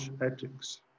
ethics